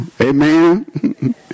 Amen